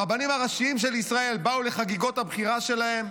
הרבנים הראשיים של ישראל באו לחגיגות הבחירה שלהם.